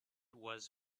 was